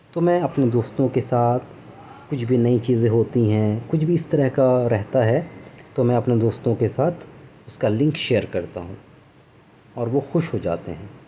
تو میں اپنے دوستوں کے ساتھ کچھ بھی نئی چیزیں ہوتی ہیں کچھ بھی اس طرح کا رہتا ہے تو میں اپنے دوستوں کے ساتھ اس کا لنک شیئر کرتا ہوں اور وہ خوش ہو جاتے ہیں